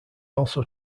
also